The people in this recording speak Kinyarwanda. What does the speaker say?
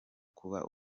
kuba